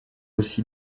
aussi